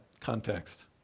context